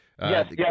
yes